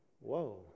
Whoa